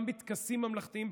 גם בטקסים ממלכתיים,